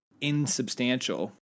insubstantial